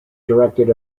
directed